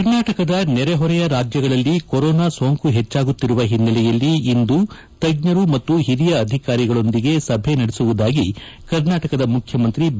ಕರ್ನಾಟಕದ ನೆರೆಹೊರೆಯ ರಾಜ್ಯಗಳಲ್ಲಿ ಕೊರೊನಾ ಸೋಂಕು ಹೆಚ್ಚಾಗುತ್ತಿರುವ ಹಿನ್ನೆಲೆಯಲ್ಲಿ ಇಂದು ತಜ್ಞರು ಮತ್ತು ಹಿರಿಯ ಅಧಿಕಾರಿಗಳೊಂದಿಗೆ ಸಭೆ ನಡೆಸುವುದಾಗಿ ಕರ್ನಾಟಕದ ಮುಖ್ಯಮಂತ್ರಿ ಬಿ